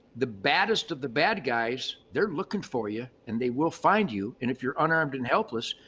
the baddest of the bad guys, they're looking for you and they will find you and if you're unarmed and helpless,